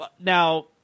Now